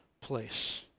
place